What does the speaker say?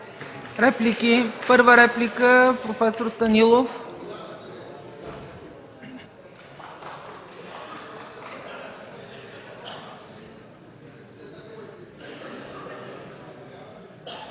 Реплики? Първа реплика – проф. Станилов.